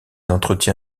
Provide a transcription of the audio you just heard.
entretien